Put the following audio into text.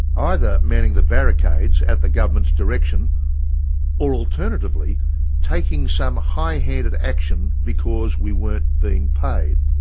either manning the barricades at the government's direction or alternatively taking some high-handed action because we weren't being paid.